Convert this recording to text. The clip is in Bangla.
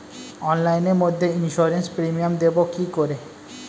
অনলাইনে মধ্যে ইন্সুরেন্স প্রিমিয়াম দেবো কি করে?